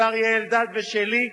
של אריה אלדד ושלי.